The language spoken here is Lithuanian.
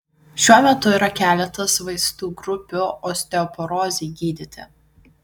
šiuo metu yra keletas vaistų grupių osteoporozei gydyti